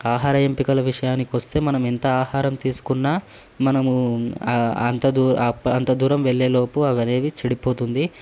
ఆహార ఎంపికల విషయానికి కొస్తే మనం ఎంత ఆహారం తీసుకున్నా మనము అంత దూరం అంత దూరం వెళ్ళేలోపు అవి అనేవి చెడిపోతుంది